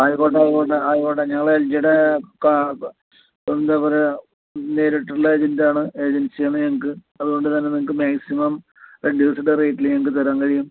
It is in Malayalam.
ആയിക്കോട്ടെ ആയിക്കോട്ടെ ആയിക്കോട്ടെ എന്താ പറയുക ഞങ്ങൾ എൽ ജി യുടെ നേരിട്ടുള്ള ഏജന്റാണ് ഏജൻസിയാണ് ഞങ്ങൾക്ക് അതുകൊണ്ട് തന്നെ നിങ്ങൾക്ക് മേക്സിമം രണ്ടു ദിവസത്തെ റേറ്റില് ഞങ്ങൾക്ക് തരാൻ കഴിയും